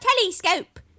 telescope